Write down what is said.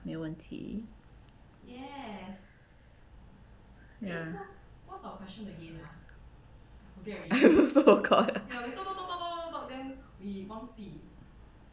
没问题 I also forgot